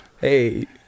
Hey